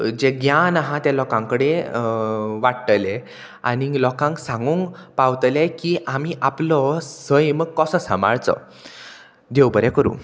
जे ज्ञान आहा ते लोकांकडे वाडटले आनी लोकांक सांगूंक पावतले की आमी आपलो सैम कसो सांबाळचो देव बरें करूं